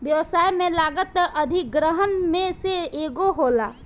व्यवसाय में लागत अधिग्रहण में से एगो होला